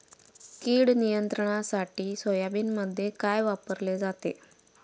कीड नियंत्रणासाठी सोयाबीनमध्ये काय वापरले जाते?